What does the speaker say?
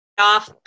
off